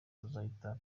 tuzahita